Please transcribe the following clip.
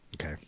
Okay